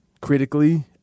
critically